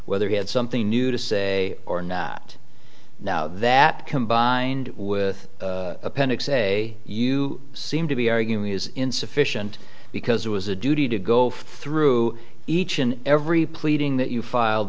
whether he had something new to say or not now that combined with appendix a you seem to be arguing is insufficient because it was a duty to go through each and every pleading that you filed